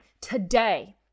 Today